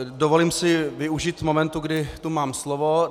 Dovolím si využít momentu, kdy tu mám slovo.